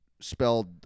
spelled